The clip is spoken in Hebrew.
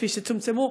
כפי שצומצמו,